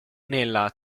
nella